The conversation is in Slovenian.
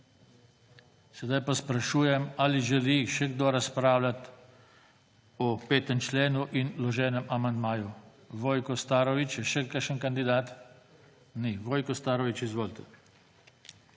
Sedaj pa sprašujem, ali želi še kdo razpravljati o 5. členu in vloženem amandmaju. Vojko Starović. Je še kakšen kandidat? Ni. Vojko Starović, izvolite.